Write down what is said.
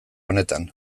honetan